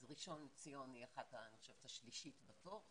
אז ראשון לציון היא השלישית בתור,